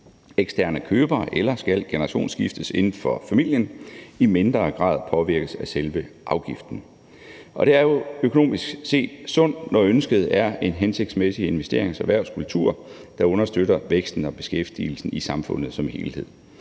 eksterne købere eller skal generationsskiftes inden for familien, i mindre grad påvirkes af selve afgiften. Og det er jo økonomisk set sundt, når ønsket er en hensigtsmæssig investerings- og erhvervskultur, der understøtter væksten og beskæftigelsen i samfundet som helhed.